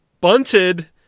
bunted